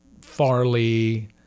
Farley